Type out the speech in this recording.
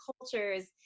cultures